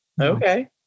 Okay